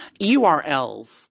URLs